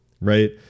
Right